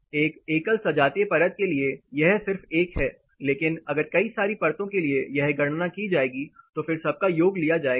एक एकल सजातीय परत के लिए यह सिर्फ 1 है लेकिन अगर कई परतों के लिए यह गणना की जाएगी तो फिर सबका योग लिया जाएगा